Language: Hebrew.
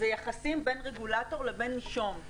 זה יחסים בין רגולטור ובין נישום.